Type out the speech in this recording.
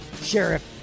Sheriff